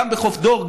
גם בחוף דור,